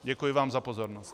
Děkuji vám za pozornost.